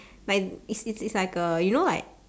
like it's it's it's like a you know like